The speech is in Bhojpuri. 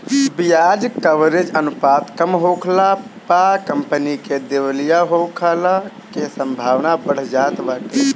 बियाज कवरेज अनुपात कम होखला पअ कंपनी के दिवालिया होखला के संभावना बढ़ जात बाटे